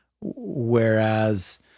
Whereas